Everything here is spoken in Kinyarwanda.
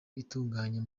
itunganya